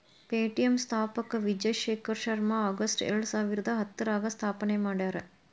Paytm ಸ್ಥಾಪಕ Vijay Shekhar Sharma August ಎರಡಸಾವಿರದ ಹತ್ತರಾಗ ಸ್ಥಾಪನೆ ಮಾಡ್ಯಾರ